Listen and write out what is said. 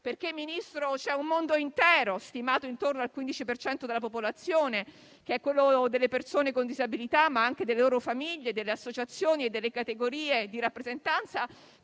Signor Ministro, c'è infatti un mondo intero, stimato intorno al 15 per cento della popolazione, quello delle persone con disabilità, ma anche delle loro famiglie, delle associazioni e delle categorie di rappresentanza